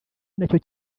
nacyo